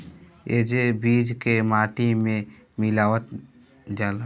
एसे बीज के माटी में मिलावल जाला